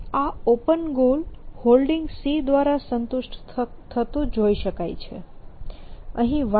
આ open goal Holding દ્વારા સંતુષ્ટ થતો જોઇ શકાય છે